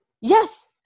Yes